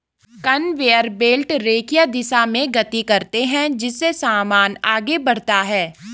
conveyor belt रेखीय दिशा में गति करते हैं जिससे सामान आगे बढ़ता है